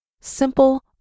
simple